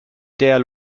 der